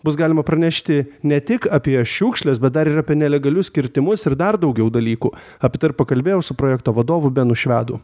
bus galima pranešti ne tik apie šiukšles bet dar ir apie nelegalius kirtimus ir dar daugiau dalykų apie tai ir pakalbėjau su projekto vadovu benu švedu